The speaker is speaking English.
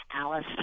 Alice